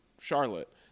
Charlotte